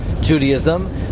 Judaism